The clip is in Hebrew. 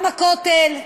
גם הכותל,